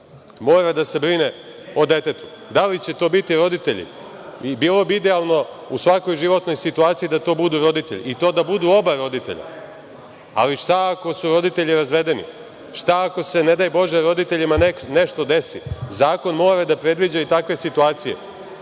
mora da se brine o detetu. Da li će to biti roditelj? Bilo bi idealno u svakoj životnoj situaciji da to bude roditelj, i to da budu oba roditelja, ali šta ako su roditelji razvedeni, šta ako se ne daj Bože, roditeljima nešto desi, zakon mora da predviđa i takve situacije. Vi